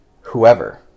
Whoever